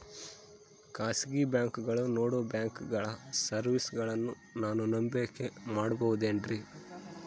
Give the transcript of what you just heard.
ಖಾಸಗಿ ಬ್ಯಾಂಕುಗಳು ನೇಡೋ ಬ್ಯಾಂಕಿಗ್ ಸರ್ವೇಸಗಳನ್ನು ನಾನು ನಂಬಿಕೆ ಮಾಡಬಹುದೇನ್ರಿ?